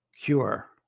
cure